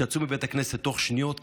שיצאו מבית הכנסת תוך שניות,